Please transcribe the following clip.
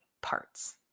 parts